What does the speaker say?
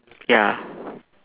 ya